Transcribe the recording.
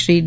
Shri D